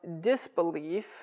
disbelief